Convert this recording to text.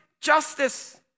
justice